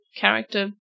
character